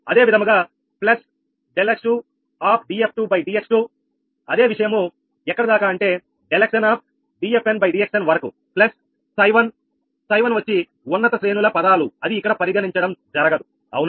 అదే విధముగా plus ∆x2 df2dx2 అదే విషయము ఎక్కడ దాకా అంటే ∆xndfndxn వరకు ప్లస్ 𝛹1 𝛹1 వచ్చి ఉన్నత శ్రేణుల పదాలు అది ఇక్కడ పరిగణించడం జరగదు అవునా